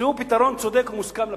תמצאו פתרון צודק ומוסכם לפליטים,